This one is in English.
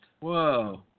Whoa